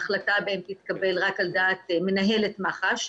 ההחלטה בהם תתקבל רק על דעת מנהלת מח"ש.